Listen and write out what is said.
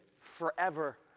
forever